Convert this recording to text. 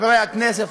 חברי הכנסת,